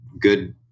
good